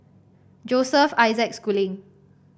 Joseph Isaac Schooling